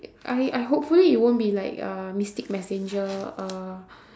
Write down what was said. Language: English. I I hopefully it won't be like uh mystic-messenger uh